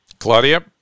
Claudia